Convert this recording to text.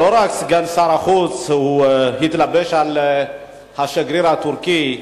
לא רק סגן שר החוץ התלבש על השגריר הטורקי.